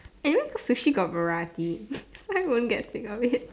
anyway for sushi got variety so I won't get sick of it